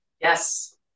Yes